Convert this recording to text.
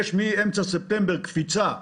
מאמצע ספטמבר יש קפיצה בנתונים.